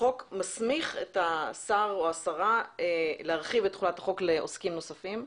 החוק מסמיך את השר או השרה להרחיב את תחולת החוק לעוסקים נוספים,